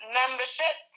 membership